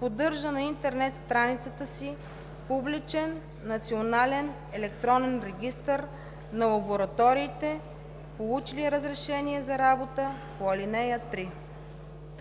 поддържа на интернет страницата си публичен национален електронен регистър на лабораториите, получили разрешение за работа по ал. 3.“